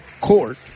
Court